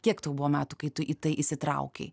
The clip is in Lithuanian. kiek tau buvo metų kai tu į tai įsitraukei